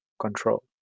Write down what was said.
control